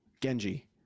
Genji